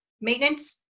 maintenance